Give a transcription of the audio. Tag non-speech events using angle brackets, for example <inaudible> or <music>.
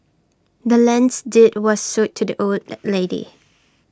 the land's deed was sold to the old <unintelligible> lady